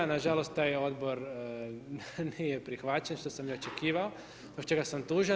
Na žalost taj odbor nije prihvaćen što sam i očekivao, zbog čega sam tužan.